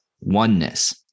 oneness